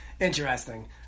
Interesting